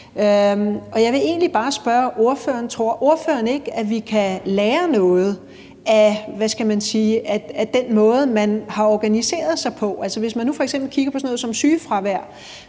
Jeg vil egentlig bare spørge ordføreren: Tror ordføreren ikke, at vi kan lære noget af den måde, de har organiseret sig på? Hvis man nu f.eks. kigger på sådan noget som sygefravær,